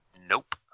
Nope